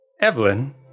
Evelyn